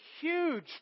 huge